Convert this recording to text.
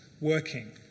working